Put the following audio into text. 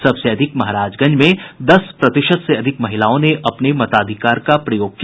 सबसे अधिक महाराजगंज में दस प्रतिशत से अधिक महिलाओं ने अपने मताधिकार का प्रयोग किया